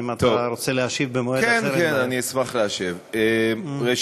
אם אתה רוצה להשיב במועד אחר, בבקשה.